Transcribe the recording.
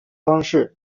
方式